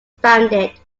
founded